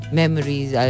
memories